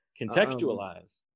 contextualize